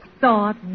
thought